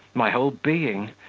my whole being,